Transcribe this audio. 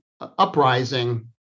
uprising